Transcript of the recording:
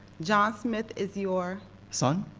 john smith is your son.